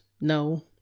No